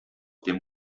dem